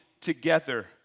together